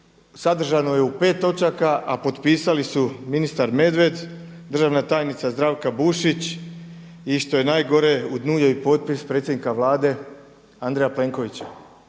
Sadržano je u pet točaka, a potpisali su ministar Medved, državna tajnica Zdravka Bušić i što je najgore i dnu je i potpis predsjednika Vlade Andreja Plenkovića.